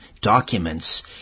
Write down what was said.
documents